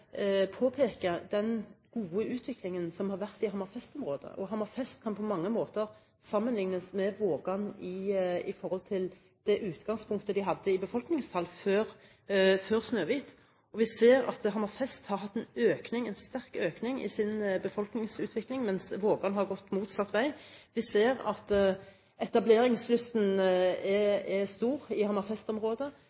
påpeke den gode utviklingen som har vært i Hammerfest-området. Hammerfest kan på mange måter sammenliknes med Vågan i forhold til det utgangspunktet de hadde i befolkningstallet før Snøhvit. Vi ser at Hammerfest har hatt en sterk økning i sin befolkningsutvikling, mens Vågan har gått motsatt vei. Vi ser at etableringslysten er